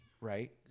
right